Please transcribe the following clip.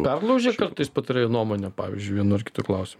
perlaužia kartais patarėjų nuomonę pavyzdžiui vienu ar kitu klausimu